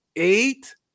Eight